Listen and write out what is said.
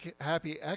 happy